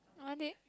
oh I did